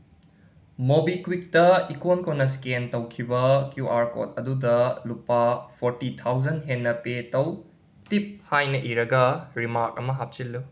ꯃꯣꯕꯤꯀ꯭ꯋꯤꯛꯇ icon ꯀꯣꯟꯅ scan ꯇꯧꯈꯤꯕ Q R code ꯑꯗꯨꯗ ꯂꯨꯄꯥ ꯐꯣꯔꯇꯤ ꯊꯥꯎꯖꯟ ꯍꯦꯟꯅ ꯄꯦ ꯇꯧ ꯇꯤꯞ ꯍꯥꯏꯅ ꯏꯔꯒ ꯔꯤꯃꯥꯛ ꯑꯃ ꯍꯥꯞꯆꯤꯜꯂꯨ